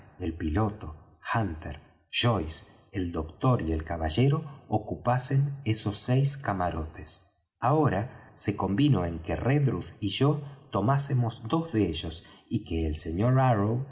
el piloto hunter joyce el doctor y el caballero ocupasen esos seis camarotes ahora se convino en que redruth y yo tomásemos dos de ellos y que el sr